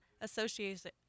Association